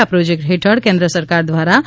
આ પ્રોજેક્ટ હેઠળ કેન્દ્ર સરકાર દ્વારા રૂ